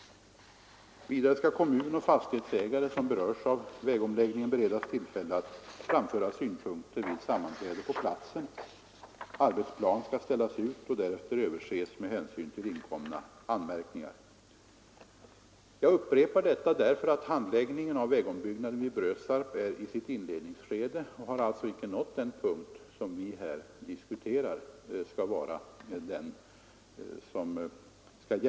Vidare skall kommun och fastighetsägare som berörs av vägomläggningen beredas tillfälle att framföra synpunkter vid sammanträde på arbetsplatsen. Arbetsplanen skall ställas ut och därefter överses med hänsyn till inkomna anmärkningar. Jag upprepar detta därför att handläggningen av vägombyggnaden vid Brösarp är i sitt inledningsskede och alltså inte har nått det stadium som vi här diskuterar.